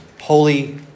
holy